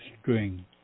string